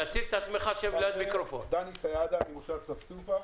אני ממושב ספסופה.